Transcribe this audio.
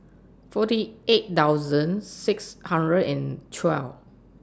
forty eight thousand six hundred and twelve